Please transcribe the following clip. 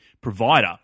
provider